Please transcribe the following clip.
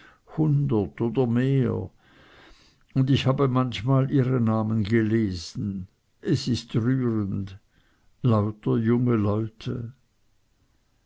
hundert oder mehr und ich habe manchmal ihre namen gelesen es ist rührend lauter junge leute